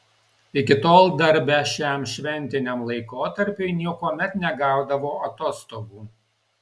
iki tol darbe šiam šventiniam laikotarpiui niekuomet negaudavo atostogų